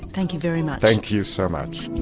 thank you very much. thank you so much.